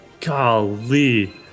golly